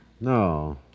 No